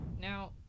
now